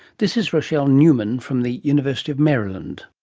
this is rochelle newman from the university of maryland.